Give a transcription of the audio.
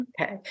Okay